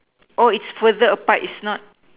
oh it's further apart it's not